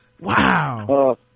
wow